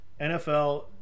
nfl